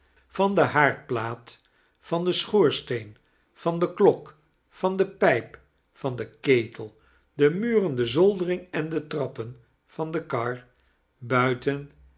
van de haardplaat van den schoorsteen van de klok van de pijp van den ketel de muren de zoldering en de trappen van de kar buiten